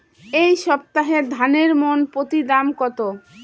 এই সপ্তাহে ধানের মন প্রতি দাম কত?